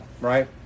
Right